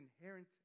inherent